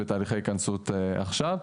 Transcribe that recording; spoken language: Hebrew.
להיכנס, בתהליכי התכנסות עכשיו.